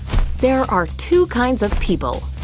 there are two kinds of people.